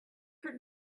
her